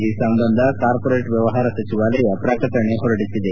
ಈ ಸಂಬಂಧ ಕಾರ್ಮೊರೇಟ್ ವ್ಯವಹಾರ ಸಚಿವಾಲಯ ಪ್ರಕಟಣೆ ಹೊರಡಿಸಿದೆ